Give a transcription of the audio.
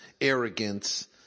arrogance